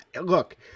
look